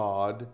God